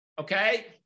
okay